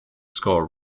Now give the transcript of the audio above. score